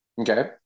Okay